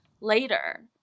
later